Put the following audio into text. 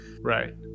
Right